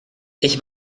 ich